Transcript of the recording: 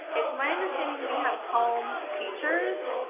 it's my understanding we have home teachers.